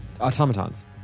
automatons